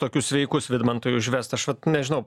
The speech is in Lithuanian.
tokius sveikus vidmantai užvest aš vat nežinau